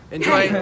Enjoy